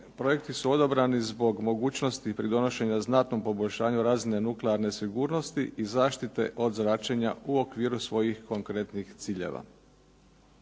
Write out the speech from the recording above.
Projekti su odabrani zbog mogućnosti pridonošenju znatnom poboljšanju razine nuklearne sigurnosti i zaštite od zračenja u okviru svojih konkretnih ciljeva.